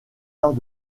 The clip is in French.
arts